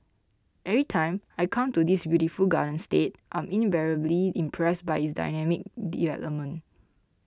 every time I come to this beautiful garden state I'm invariably impressed by its dynamic development